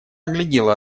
оглядела